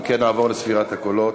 אם כן, נעבור לספירת הקולות.